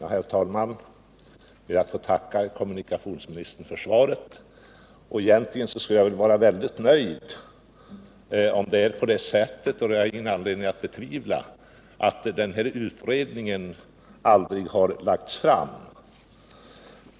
Herr talman! Jag ber att få tacka kommunikationsministern för svaret. Egentligen skulle jag vara mycket nöjd, om det är på det sättet, och det har jag ingen anledning att betvivla, att den här utredningen aldrig har lagts fram.